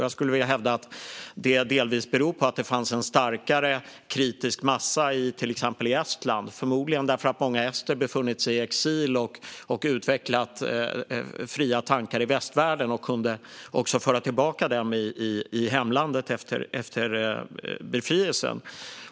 Jag hävdar att det delvis beror på att det fanns en starkare kritisk massa i till exempel Estland. Förmodligen berodde det på att många ester befunnit sig i exil och utvecklat fria tankar i västvärlden. Därmed kunde de föra tillbaka dem till hemlandet efter befrielsen.